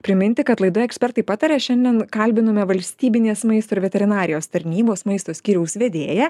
priminti kad laidoje ekspertai pataria šiandien kalbiname valstybinės maisto ir veterinarijos tarnybos maisto skyriaus vedėją